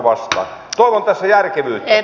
toivon tässä järkevyyttä